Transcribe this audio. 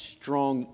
strong